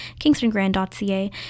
kingstongrand.ca